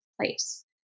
place